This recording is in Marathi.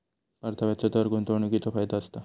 परताव्याचो दर गुंतवणीकीचो फायदो असता